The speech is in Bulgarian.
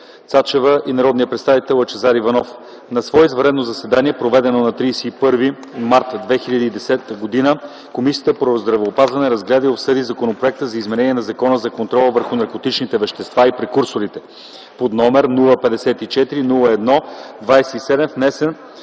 Цачева и народния представител Лъчезар Иванов На свое извънредно заседание, проведено на 31 март 2010 г., Комисията по здравеопазването разгледа и обсъди Законопроект за изменение на Закона за контрол върху наркотичните вещества и прекурсорите, № 054-01-27, внесен